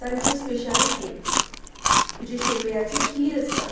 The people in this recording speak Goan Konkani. तांची स्पेशालिटी जी शेवयाची खीर आसता